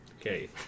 Okay